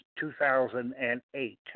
2008